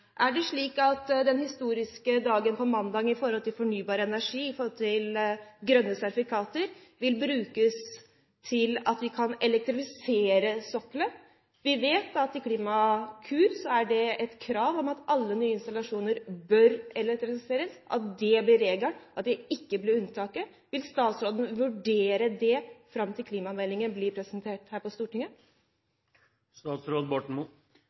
Er det slik at den historiske dagen på mandag, når det gjelder fornybar energi, og når det gjelder grønne sertifikater, vil brukes til å elektrifisere sokkelen? Vi vet at i Klimakur er det et krav om at alle nye installasjoner bør elektrifiseres, at det blir regelen, at det ikke blir unntaket. Vil statsråden vurdere det fram til klimameldingen blir presentert her på